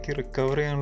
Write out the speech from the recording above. recovery